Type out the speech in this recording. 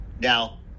Now